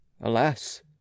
Alas